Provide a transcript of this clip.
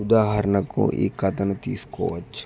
ఉదాహరణకు ఈ కథను తీసుకోవచ్చు